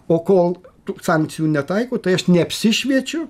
o kol tų sankcijų netaiko tai aš neapsišviečiu